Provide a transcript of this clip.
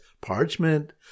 parchment